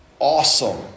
Awesome